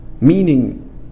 Meaning